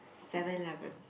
Seven-Eleven